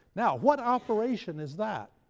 now what operation is that?